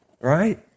right